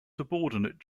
subordinate